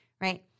right